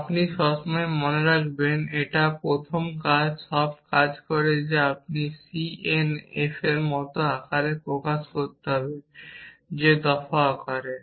আপনি সবসময় মনে রাখবেন এটা প্রথম সব কাজ করে যে আপনি c n f মত আকারে জিনিস প্রকাশ করতে হবে যে দফা আকারে